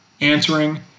answering